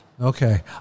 Okay